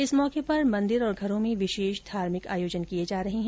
इस मौके पर मन्दिर और घरों में विशेष धार्मिक आयोजन किए जा रहे है